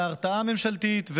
בהרתעה ממשלתית,